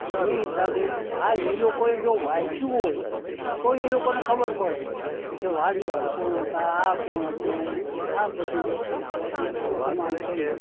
એને હિસાબે હા એ લોકોએ જો વાંચ્યું હોય તો એ લોકોને ખબર પડે કે વાલ્મીકિ કોણ હતું આ કોણ હતું આ બધી વસ્તુઓ હતી એ લોકો માનસે નહીં